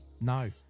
No